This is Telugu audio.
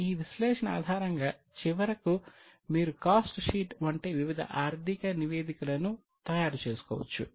ఈ విశ్లేషణ ఆధారంగా చివరకు మీరు కాస్ట్ షీట్ వంటి వివిధ ఆర్థిక నివేదికలను తయారు చేసుకోవచ్చు